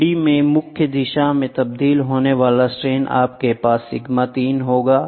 3 D में मुख्य दिशा में तब्दील होने वाला स्ट्रेन आपके पास सिग्मा 3 होगा